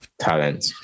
talent